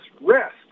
rest